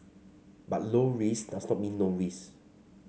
but low risk does not mean no risk